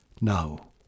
Now